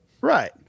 Right